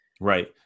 Right